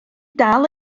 dal